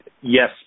yes